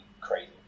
crazy